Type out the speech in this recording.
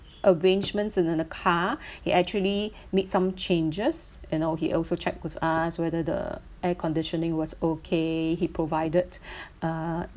arrangements in the the car he actually made some changes you know he also checked with us whether the air conditioning was okay he provided uh